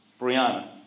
Brianna